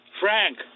Frank